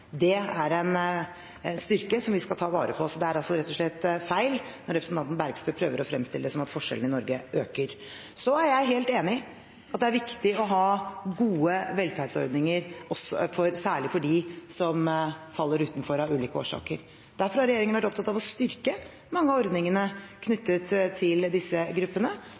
skal ta vare på. Så det er rett og slett feil når representanten Bergstø prøver å fremstille det som at forskjellene i Norge øker. Så er jeg helt enig i at det er viktig å ha gode velferdsordninger, særlig for dem som faller utenfor av ulike årsaker. Derfor har regjeringen vært opptatt av å styrke mange av ordningene knyttet til disse gruppene